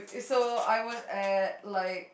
so I was at like